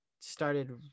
started